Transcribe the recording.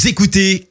écoutez